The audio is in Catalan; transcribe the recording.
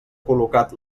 col·locat